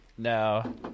No